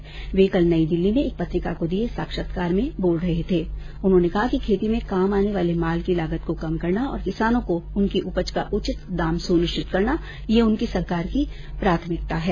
प्रधानमंत्री ने कल नई दिल्ली में एक पत्रिका को दिये साक्षात्कार में कहा कि खेती में काम आने वाले माल की लागत को कम करना और किसानों को उनकी उपज का उचित दाम सुनिश्चित करना ये उनकी सरकार की प्राथमिकता है